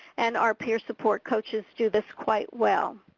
and our peer support coaches do this quite well.